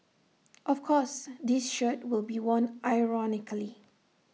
of course this shirt will be worn ironically